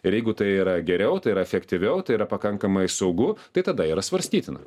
ir jeigu tai yra geriau tai yra efektyviau tai yra pakankamai saugu tai tada yra svarstytina